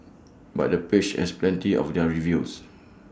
but the page has plenty of other reviews